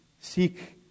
Seek